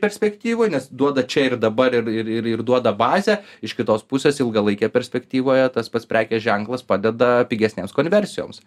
perspektyvoj nes duoda čia ir dabar ir ir ir ir duoda bazę iš kitos pusės ilgalaikėje perspektyvoje tas pats prekės ženklas padeda pigesnėms konversijoms